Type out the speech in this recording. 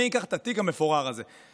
מי ייקח את התיק המפורר הזה?